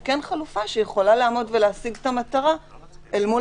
היא כן חלופה שיכולה לעמוד ולהשיג את המטרה מול